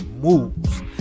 Moves